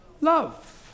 love